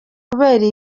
kubera